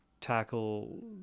tackle